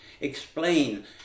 explain